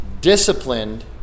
disciplined